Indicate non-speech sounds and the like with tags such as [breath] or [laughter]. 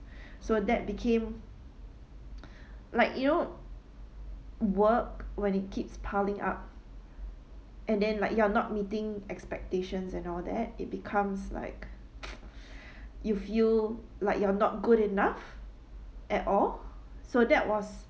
[breath] so that became [breath] like you know work when it keeps piling up and then like you're not meeting expectations and all that it becomes like [noise] you feel like you're not good enough at all so that was